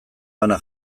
bana